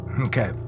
Okay